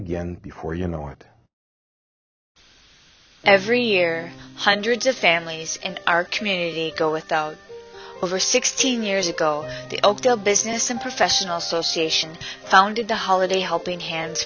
again before you know it every year hundreds of families in our community go without over sixteen years ago the business and professional association founded the holiday helping hand